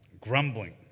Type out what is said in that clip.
Grumbling